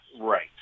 Right